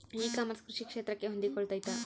E commerce ಕೃಷಿ ಕ್ಷೇತ್ರಕ್ಕೆ ಹೊಂದಿಕೊಳ್ತೈತಾ?